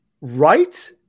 Right